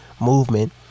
movement